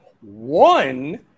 one